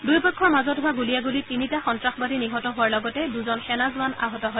দূয়োপক্ষৰ মাজত হোৱা গুলীয়াণ্ডলিত তিনিটা সন্ত্ৰাসবাদী নিহত হোৱাৰ লগতে দুজন সেনা জোৱান আহত হয়